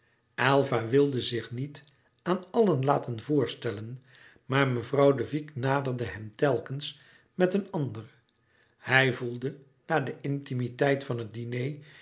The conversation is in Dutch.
aylva wilde zich niet aan allen laten voorstellen maar mevrouw de vicq naderde hem telkens met een ander hij voelde na de intimiteit van het diner